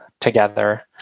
together